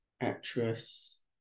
Actress